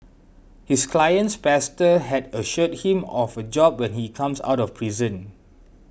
his client's pastor has assured him of a job when he comes out of prison